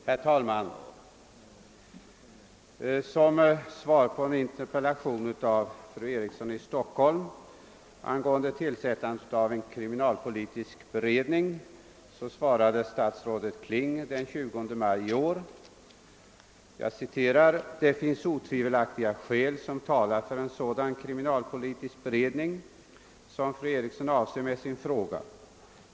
Herr talman! Som svar på en interpellation av fru Eriksson i Stockholm angående tillsättandet av en kriminalpolitisk beredning uttalade statsrådet Kling den 20 maj i år: »Det finns otvivelaktigt skäl som talar för tillsättandet av en sådan kriminalpolitisk beredning som fru Eriksson avser med sin fråga.